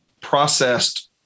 processed